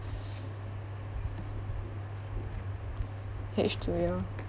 H two ya